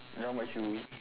then how much you